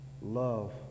love